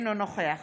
אינו נוכח